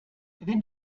wenn